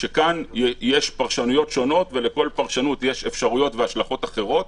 שכאן יש פרשנויות שונות ולכל פרשנות יש אפשרויות והשלכות אחרות.